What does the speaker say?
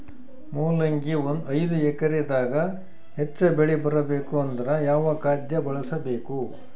ಮೊಲಂಗಿ ಐದು ಎಕರೆ ದಾಗ ಹೆಚ್ಚ ಬೆಳಿ ಬರಬೇಕು ಅಂದರ ಯಾವ ಖಾದ್ಯ ಬಳಸಬೇಕು?